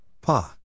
Pa